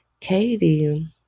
Katie